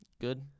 Good